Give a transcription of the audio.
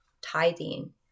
tithing